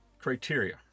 criteria